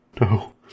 No